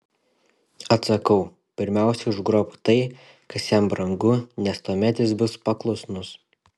atsakau pirmiausia užgrobk tai kas jam brangu nes tuomet jis bus paklusnus